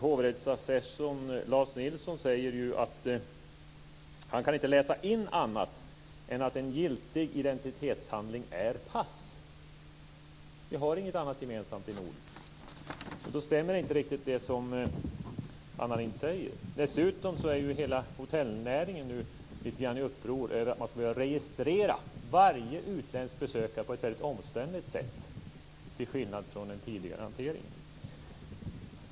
Hovrättsassessorn Lars Nilsson säger ju att han inte kan läsa in annat än att en giltig identitetshandling är pass. Vi har inte något annat gemensamt i Norden. Då stämmer inte det som Anna Lindh säger. Dessutom är hela hotellnäringen nu i uppror över att man ska behöva registrera varje utländsk besökare på ett väldigt omständligt sätt jämfört med den tidigare hanteringen.